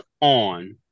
on